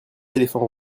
éléphants